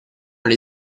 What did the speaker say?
alle